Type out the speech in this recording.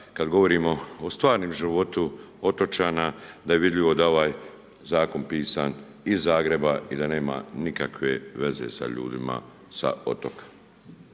kad govorimo o stvarnom životu otočana da je vidljivo da je ovaj zakon pisan iz Zagreba i da nema nikakve veze sa ljudima sa otoka.